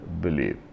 believe